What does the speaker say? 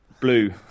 Blue